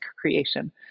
creation